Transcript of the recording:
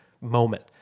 moment